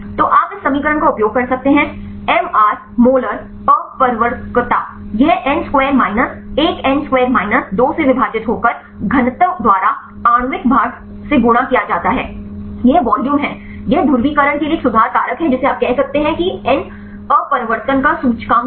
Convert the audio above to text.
तो आप इस समीकरण का उपयोग कर सकते हैं एम आर मोलर अपवर्तकता यह n square minus 1 n square minus 2 से विभाजित होकर घनत्व द्वारा आणविक भार से गुणा किया जाता है यह वॉल्यूम है यह ध्रुवीकरण के लिए एक सुधार कारक है जिसे आप कह सकते हैं कि एन अपवर्तन का सूचकांक है